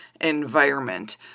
environment